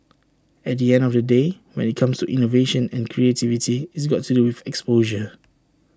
at the end of the day when IT comes to innovation and creativity it's got to do with exposure